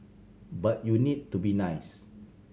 but you need to be nice